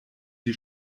die